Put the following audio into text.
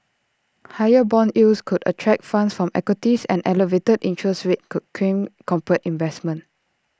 higher Bond yields could attract funds from equities and elevated interest rates could crimp corporate investment